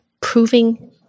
proving